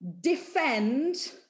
defend